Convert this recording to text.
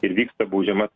ir vyksta baudžiamasis